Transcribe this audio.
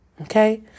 okay